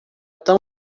tão